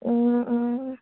অঁ অঁ